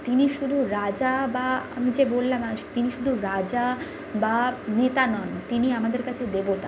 তিনি শুধু রাজা বা আমি যে বললাম আস তিনি শুধু রাজা বা নেতা নন তিনি আমাদের কাছে দেবতা